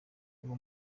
uwo